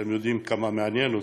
שאתם יודעים כמה מעניין אותי,